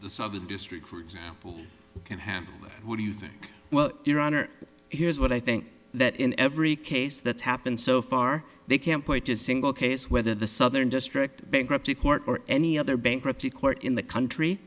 the southern district for example can have what do you think well your honor here's what i think that in every case that's happened so far they can't point to a single case whether the southern district bankruptcy court or any other bankruptcy court in the country